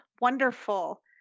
Wonderful